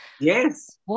Yes